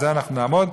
על זה אנחנו נעמוד.